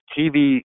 TV